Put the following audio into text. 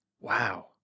Wow